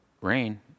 rain